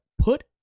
put